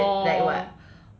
oh is it like what